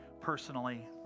personally